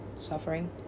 suffering